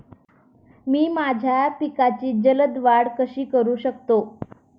मी माझ्या पिकांची जलद वाढ कशी करू शकतो?